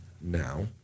now